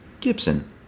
Gibson